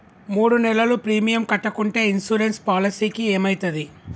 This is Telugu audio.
మూడు నెలలు ప్రీమియం కట్టకుంటే ఇన్సూరెన్స్ పాలసీకి ఏమైతది?